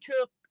took